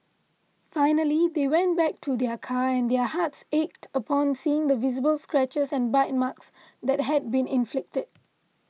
finally they went back to their car and their hearts ached upon seeing the visible scratches and bite marks that had been inflicted